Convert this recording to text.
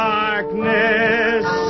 darkness